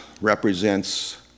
represents